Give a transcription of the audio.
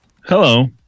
Hello